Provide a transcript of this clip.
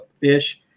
fish